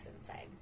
inside